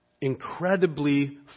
incredibly